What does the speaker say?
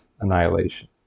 annihilation